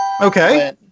Okay